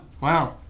Wow